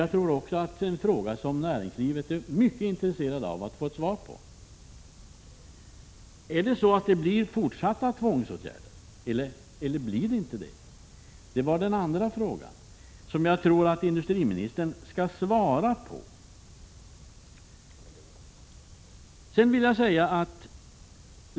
Jag tror att det är en fråga som näringslivet är mycket intresserat av att få ett svar på. Kommer det att bli fortsatta tvångsåtgärder eller inte? Det var den andra frågan, som jag tror att industriministern borde svara på.